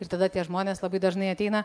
ir tada tie žmonės labai dažnai ateina